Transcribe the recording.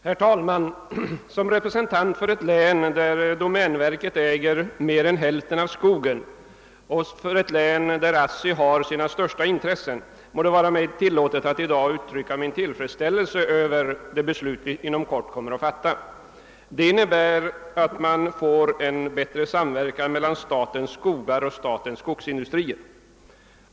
Herr talman! Som representant för ett län där domänverket äger mer än hälften av skogen och där ASSI har sina största intressen må det vara mig tilllåtet att uttrycka min tillfredsställelse över det beslut vi om en stund kommer att fatta. Beslutet innebär att det blir en bättre såmverkan mellan statens skogar och statens skogsindustrier.